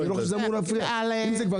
יש תקנות